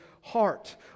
heart